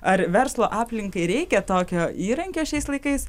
ar verslo aplinkai reikia tokio įrankio šiais laikais